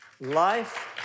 life